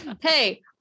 Hey